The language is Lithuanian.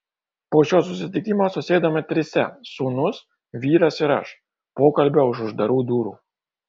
po šio susitikimo susėdome trise sūnus vyras ir aš pokalbio už uždarų durų